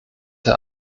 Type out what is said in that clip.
der